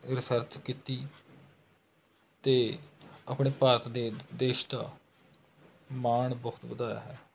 research ਕੀਤੀ ਅਤੇ ਆਪਣੇ ਭਾਰਤ ਦੇ ਦੇਸ਼ ਦਾ ਮਾਣ ਬਹੁਤ ਵਧਾਇਆ ਹੈ